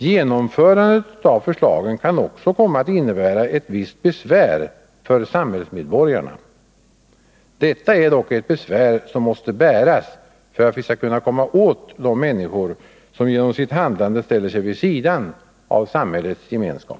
Genomförandet av förslagen kan också komma att innebära ett visst besvär för samhällsmedborgarna. Detta är dock ett besvär som måste bäras för att vi skall kunna komma åt de människor som genom sitt handlande ställer sig vid sidan av samhällets gemenskap.